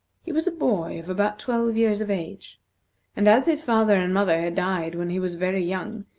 he was a boy of about twelve years of age and as his father and mother had died when he was very young,